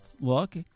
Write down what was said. look